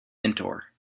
mentor